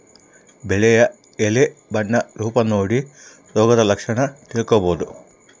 ಬೆಳೆಯ ಎಲೆ ಬಣ್ಣ ರೂಪ ನೋಡಿ ರೋಗದ ಲಕ್ಷಣ ತಿಳ್ಕೋಬೋದು